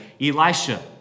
Elisha